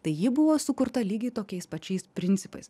tai ji buvo sukurta lygiai tokiais pačiais principais